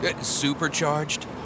Supercharged